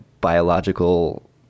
biological